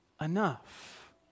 enough